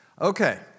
Okay